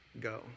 go